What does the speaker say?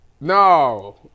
No